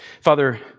Father